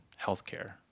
healthcare